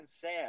Sam